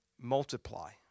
multiply